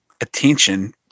attention